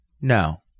No